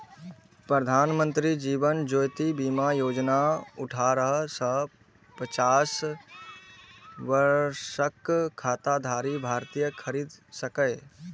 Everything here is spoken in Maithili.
प्रधानमंत्री जीवन ज्योति बीमा योजना अठारह सं पचास वर्षक खाताधारी भारतीय खरीद सकैए